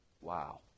Wow